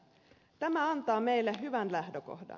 tämä antaa meille hyvän lähtökohdan